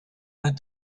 had